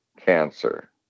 cancer